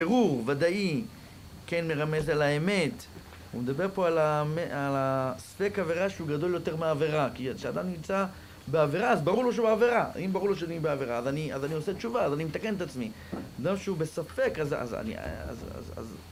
ברור, ודאי, כן מרמז על האמת, הוא מדבר פה על הספק עבירה שהוא גדול יותר מהעבירה. כי כשאדם נמצא בעבירה, אז ברור לו שהוא בעבירה. אם ברור לו שאני בעבירה, אז אני עושה תשובה, אז אני מתקן את עצמי. אדם שהוא בספק, אז אני...